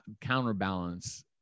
counterbalance